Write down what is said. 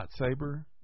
lightsaber